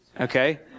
Okay